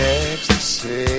ecstasy